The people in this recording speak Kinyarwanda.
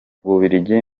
bubiligi